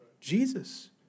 Jesus